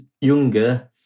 younger